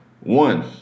One